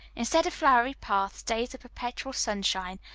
instead of flowery paths, days of perpetual sunshine,